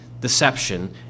deception